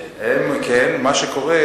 2. אם כן, מה ייעשה בעניין זה?